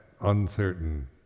uncertain